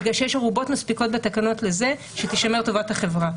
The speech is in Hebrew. בגלל שיש ערובות מספיקות בתקנות לזה שתישמר טובת החברה.